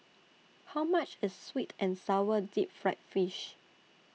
How much IS Sweet and Sour Deep Fried Fish